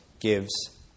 gives